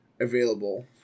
available